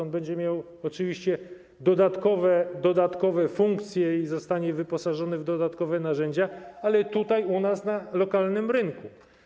On będzie miał oczywiście dodatkowe funkcje i zostanie wyposażony w dodatkowe narzędzia, ale tutaj u nas, na lokalnym rynku.